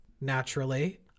naturally